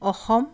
Assam